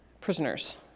prisoners